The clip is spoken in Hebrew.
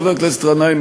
חבר הכנסת גנאים,